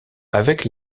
avec